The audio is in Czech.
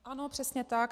Ano, přesně tak.